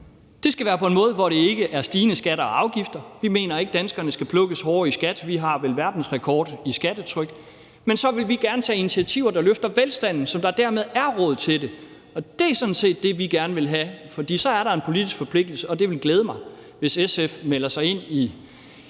det skal være på en måde, hvor det ikke er med stigende skatter og afgifter til følge. Vi mener ikke, danskerne skal plukkes hårdere for skat. Vi har vel verdensrekord i skattetryk, men så vil vi gerne tage initiativer, der løfter velstanden, så der dermed bliver råd til det. Det er sådan set det, vi gerne vil have, for så er der en politisk forpligtelse, og det ville glæde mig, hvis SF meldte sig ind i